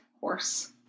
Horse